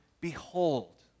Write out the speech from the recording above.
behold